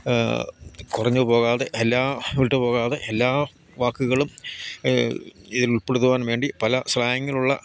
കുറഞ്ഞ് പോകാതെ എല്ലാ വിട്ട് പോകാതെ എല്ലാ വാക്കുകളും ഇതിൽ ഉൾപ്പെടുത്തുവാൻ വേണ്ടി പല സ്ലാങ്ങിലുള്ള